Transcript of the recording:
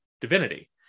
divinity